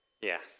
Yes